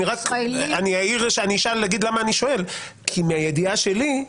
אני אעיר ואגיד למה אני שואל, כי מהידיעה שלי,